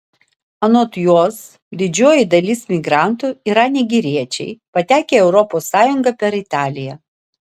anot jos didžioji dalis migrantų yra nigeriečiai patekę į europos sąjungą per italiją